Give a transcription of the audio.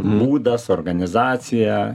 mūdas organizacija